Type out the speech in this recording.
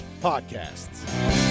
podcasts